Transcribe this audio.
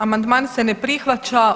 Amandman se ne prihvaća.